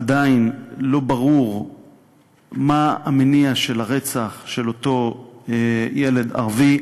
עדיין לא ברור מה המניע של הרצח של אותו ילד ערבי,